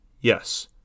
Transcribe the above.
Yes